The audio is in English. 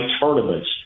tournaments